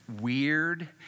weird